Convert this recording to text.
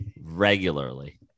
regularly